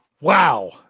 Wow